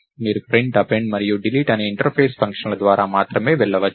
మీరు print append మరియు delete అనే ఇంటర్ఫేస్ ఫంక్షన్ల ద్వారా మాత్రమే వెళ్ళవచ్చు